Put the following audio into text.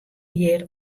hjir